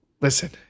Listen